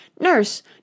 Nurse